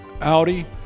Audi